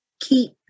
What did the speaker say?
keep